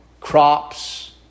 crops